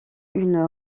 une